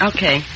Okay